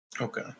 Okay